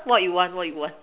what you want what you want